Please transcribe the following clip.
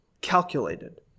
calculated